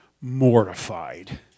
mortified